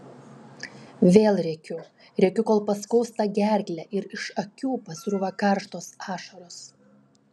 vėl rėkiu rėkiu kol paskausta gerklę ir iš akių pasrūva karštos ašaros